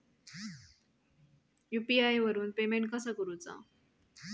UPI वरून payment कसा करूचा?